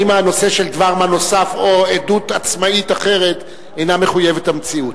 אם הנושא של דבר מה נוסף או עדות עצמאית אחרת אינה מחויבת המציאות.